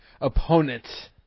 opponent